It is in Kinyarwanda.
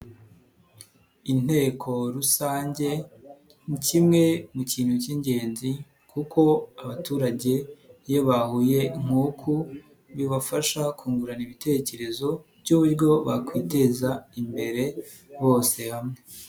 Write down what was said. Inteko rusange ni kimwe mu kintu cy'ingenzi kuko abaturage iyo bahuye nk'uku bibafasha kungurana ibitekerezo by'uburyo bakwiteza imbere bose hamwe.